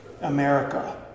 America